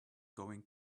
going